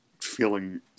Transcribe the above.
feeling